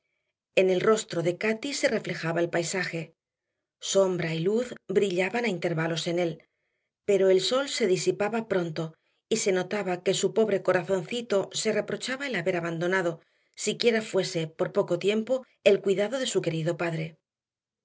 en el rostro de cati se reflejaba el paisaje sombra y luz brillaban a intervalos en él pero el sol se disipaba pronto y se notaba que su pobre corazoncito se reprochaba el haber abandonado siquiera fuese por poco tiempo el cuidado de su querido padre